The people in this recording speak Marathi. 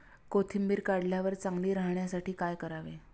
कोथिंबीर काढल्यावर चांगली राहण्यासाठी काय करावे?